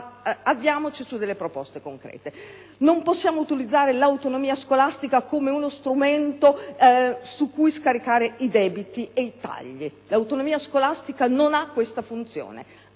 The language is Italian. avviamoci su delle proposte concrete. Non possiamo utilizzare l'autonomia scolastica come uno strumento su cui scaricare i debiti ed i tagli; l'autonomia scolastica non ha questa funzione.